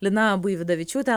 lina buividavičiūtė